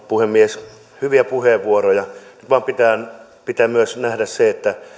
puhemies hyviä puheenvuoroja nyt vain pitää myös nähdä se että